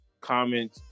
comment